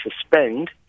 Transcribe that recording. suspend